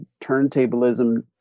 turntablism